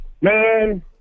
Man